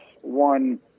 one